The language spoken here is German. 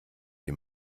die